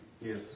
Yes